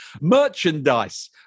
Merchandise